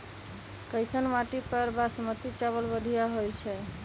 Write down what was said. कैसन माटी पर बासमती चावल बढ़िया होई छई?